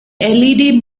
led